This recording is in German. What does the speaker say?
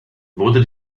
wurde